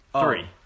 Three